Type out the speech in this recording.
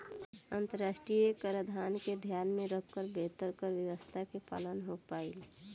अंतरराष्ट्रीय कराधान के ध्यान में रखकर बेहतर कर व्यावस्था के पालन हो पाईल